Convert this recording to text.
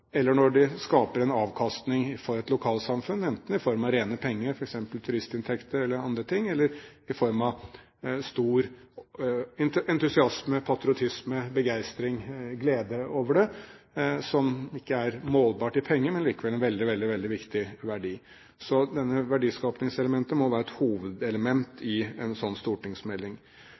eller når de skaper en avkastning for et lokalsamfunn, enten i form av rene penger, f.eks. turistinntekter eller annet, eller i form av stor entusiasme, patriotisme, begeistring og glede over det, som ikke er målbart i penger, men likevel er en veldig viktig verdi. Så dette verdiskapingselementet må være et hovedelement i en sånn stortingsmelding.